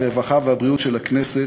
הרווחה והבריאות של הכנסת.